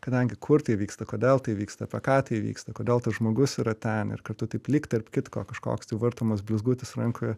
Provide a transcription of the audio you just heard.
kadangi kur tai įvyksta kodėl tai vyksta apie ką tai vyksta kodėl tas žmogus yra ten ir kartu taip lyg tarp kitko kažkoks tai vartomas blizgutis rankoje